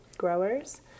Growers